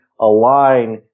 align